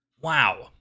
wow